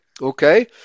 okay